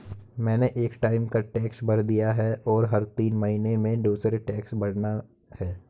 मैंने एक टाइम का टैक्स भर दिया है, और हर तीन महीने में दूसरे टैक्स भरना है